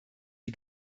die